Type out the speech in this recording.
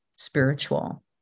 spiritual